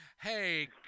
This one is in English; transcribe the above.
hey